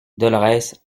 dolorès